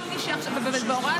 כל מי שעכשיו ובהוראת שעה.